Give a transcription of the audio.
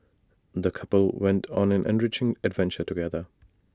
the couple went on an enriching adventure together